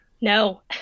No